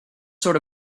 sort